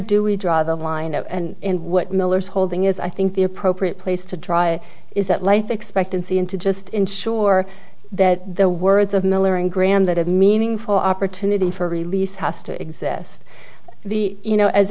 do we draw the line and what miller's holding is i think the appropriate place to draw it is that life expectancy into just ensure that the words of miller and graham that have meaningful opportunity for release has to exist the you know as